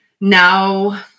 Now